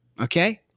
Okay